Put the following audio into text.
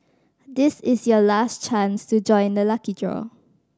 this is your last chance to join the lucky draw